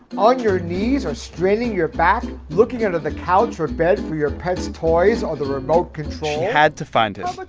your knees or straining your back, looking under the couch or bed for your pet's toys or the remote control? she had to find him.